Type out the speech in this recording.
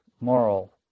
moral